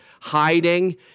hiding